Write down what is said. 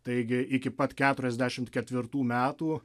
taigi iki pat keturiasdešimt ketvirtų metų